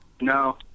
No